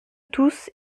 tous